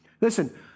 Listen